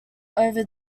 over